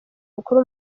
mukuru